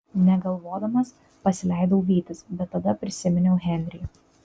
negalvodamas pasileidau vytis bet tada prisiminiau henrį